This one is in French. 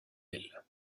elle